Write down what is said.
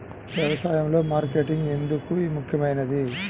వ్యసాయంలో మార్కెటింగ్ ఎందుకు ముఖ్యమైనది?